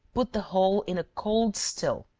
put the whole in a cold still,